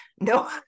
No